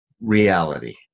reality